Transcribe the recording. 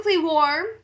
warm